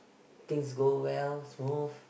things go well smooth